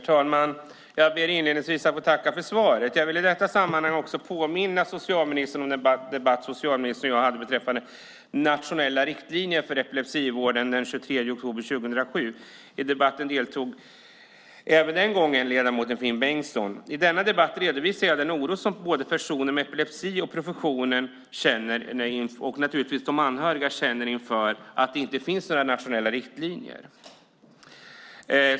Herr talman! Jag ber inledningsvis att få tacka för svaret. Jag vill i detta sammanhang påminna socialministern om den debatt socialministern och jag hade beträffande nationella riktlinjer för epilepsivården den 23 oktober 2007. Även den gången deltog ledamoten Finn Bengtsson i debatten. I denna debatt redovisade jag den oro som både personer med epilepsi, professionen och naturligtvis de anhöriga känner inför att det inte finns några nationella riktlinjer.